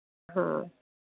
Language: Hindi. हाँ